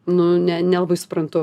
nu ne nelabai suprantu